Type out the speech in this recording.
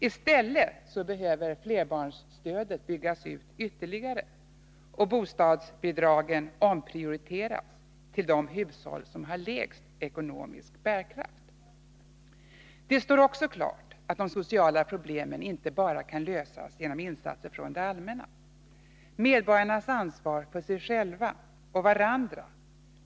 I stället behöver flerbarnsstödet byggas ut ytterligare och bostadsbidragen omprioriteras till de hushåll som har sämst ekonomisk bärkraft. Det står också klart att de sociala problemen inte kan lösas enbart genom insatser från det allmänna. Vi måste i långt större utsträckning underlätta medborgarnas möjligheter att ta ansvar för sig själva och varandra.